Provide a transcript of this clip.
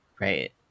right